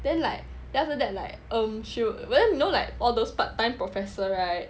then like then after that like um you know like all those part time professor right